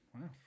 Wow